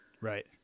right